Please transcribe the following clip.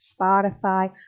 Spotify